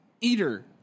Eater